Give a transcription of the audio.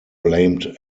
blamed